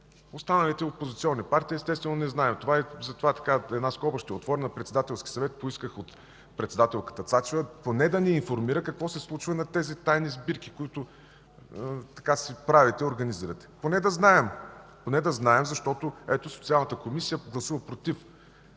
останалите опозиционни партии естествено не знаем. Затова ще отворя една скоба. На Председателски съвет поисках от председателката Цачева поне да ни информира какво се случва на тези тайни сбирки, които си правите и организирате. Поне да знаем, защото – ето, Социалната комисия гласува „против”